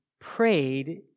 prayed